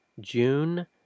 June